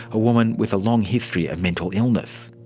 a woman with a long history of mental illness.